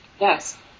Yes